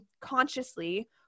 consciously